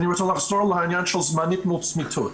אני רוצה לחזור לעניין של זמני מול צמיתות.